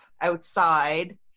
outside